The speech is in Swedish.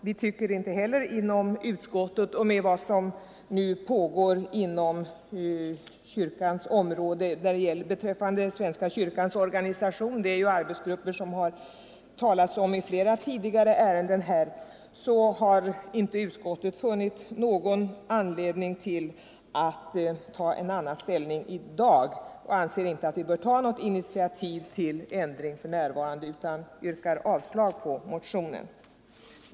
direktreklamföre Med tanke på vad som nu pågår beträffande kyrkans organisation — tag vi har talat om detta i samband med flera tidigare ärenden här — har utskottet inte funnit anledning att i dag inta annan ställning, än tidigare. Utskottet anser inte att riksdagen för närvarande bör ta något initiativ till ändring, och yrkar avslag på motionen.